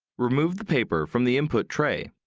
remove the paper from the input tray.